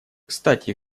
кстати